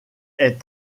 est